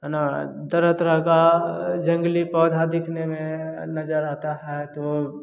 तरह तरह का जंगली पौधा दिखने में नज़र आता है तो